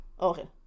Okay